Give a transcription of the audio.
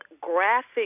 graphic